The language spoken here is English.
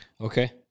Okay